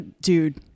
dude